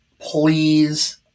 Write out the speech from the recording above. please